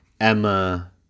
Emma